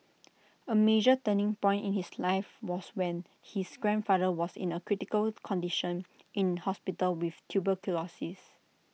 A major turning point in his life was when his grandfather was in A critical condition in hospital with tuberculosis